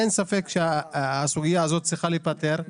אין ספק שהסוגיה הזאת צריכה להיפתר.